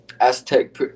Aztec